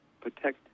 protect